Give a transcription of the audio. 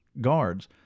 guards